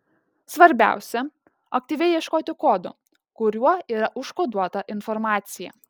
svarbiausia aktyviai ieškoti kodo kuriuo yra užkoduota informacija